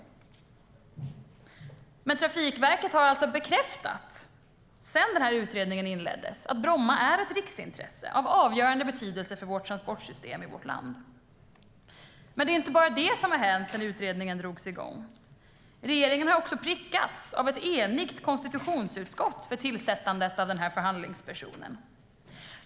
Sedan utredningen inleddes har Trafikverket bekräftat att Bromma är ett riksintresse, av avgörande betydelse för vårt transportsystem i vårt land. Det är dock inte bara det som har hänt sedan utredningen drogs igång. Regeringen har också prickats av ett enigt KU för tillsättandet av förhandlingspersonen.